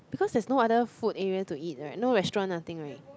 because there's no other food area to eat right no restaurants nothing right